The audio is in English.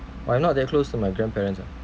but I'm not that close to my grandparents